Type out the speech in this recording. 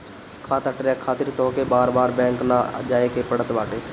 खाता ट्रैक खातिर तोहके बार बार बैंक ना जाए के पड़त बाटे